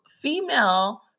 female